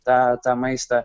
tą tą maistą